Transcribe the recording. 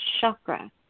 chakra